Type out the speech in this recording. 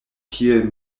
kiel